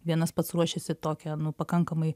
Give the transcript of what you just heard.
vienas pats ruošiasi tokią pakankamai